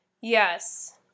Yes